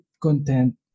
content